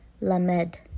Lamed